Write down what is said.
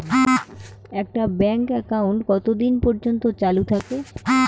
একটা bank account কতদিন পর্যন্ত চালু থাকে?